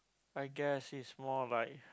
I guess it's more like